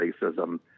racism